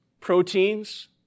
proteins